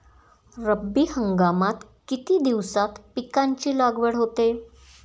रब्बी हंगामात किती दिवसांत पिकांची लागवड होते?